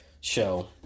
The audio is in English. show